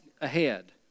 ahead